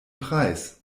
preis